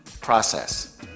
process